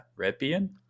ripian